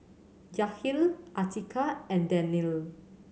Yahya Atiqah and Daniel